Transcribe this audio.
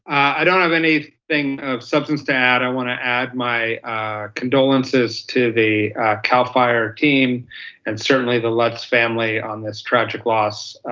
i don't have any thing of substance to add. i wanna add my condolences to the cal fire team and certainly the lutz family on this tragic loss.